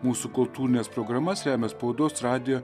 mūsų kultūrines programas remia spaudos radijo